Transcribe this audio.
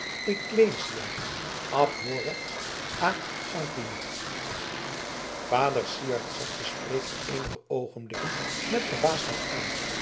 ecclesia abhorret a sanguine vader syard zag den spreker eenige oogenblikken met verbaasdheid aan